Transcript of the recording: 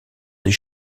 des